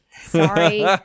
Sorry